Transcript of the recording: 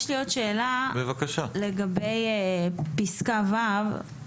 יש לי עוד שאלה לגבי פסקה (ו).